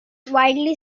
widely